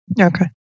Okay